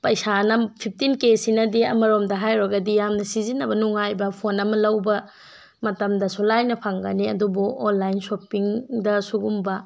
ꯄꯩꯁꯥꯅ fifteen K ꯑꯁꯤꯅꯗꯤ ꯑꯃꯔꯣꯝꯗ ꯍꯥꯏꯔꯨꯔꯒꯗꯤ ꯌꯥꯝꯅ ꯁꯤꯖꯤꯟꯅꯕ ꯅꯨꯡꯉꯥꯏꯕ ꯐꯣꯟ ꯑꯃ ꯂꯧꯕ ꯃꯇꯝꯗꯁꯨ ꯂꯥꯏꯅ ꯐꯪꯒꯅꯤ ꯑꯗꯨꯕꯨ ꯑꯣꯟꯂꯥꯏꯟ ꯁꯣꯄꯤꯡꯗ ꯁꯤꯒꯨꯝꯕ